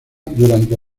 durante